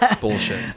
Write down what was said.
bullshit